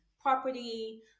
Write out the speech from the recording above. property